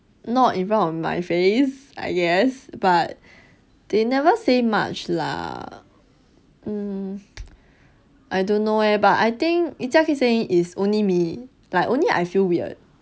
not in front of my face I guess but they never say much lah um I don't know eh but I think yi jia keeps saying it's only me like only I feel weird